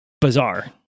bizarre